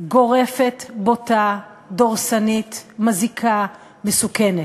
גורפת, בוטה, דורסנית, מזיקה, מסוכנת.